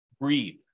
Breathe